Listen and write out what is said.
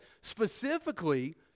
specifically